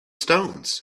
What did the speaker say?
stones